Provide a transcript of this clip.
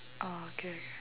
oh okay